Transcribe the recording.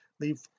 leave